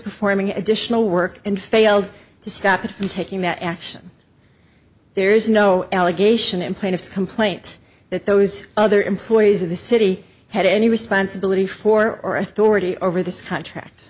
performing additional work and failed to stop it from taking that action there is no allegation in plaintiff's complaint that those other employees of the city had any responsibility for or authority over this contract